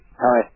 Hi